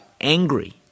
angry